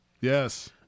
yes